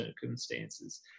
circumstances